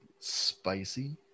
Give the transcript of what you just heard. Spicy